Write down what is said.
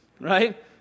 right